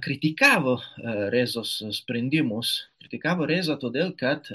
kritikavo rėzos sprendimus kritikavo rėzą todėl kad